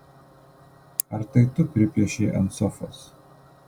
ar tai tu pripiešei ant sofos